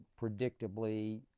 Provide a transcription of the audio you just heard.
predictably